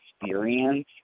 experience